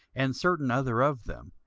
and certain other of them,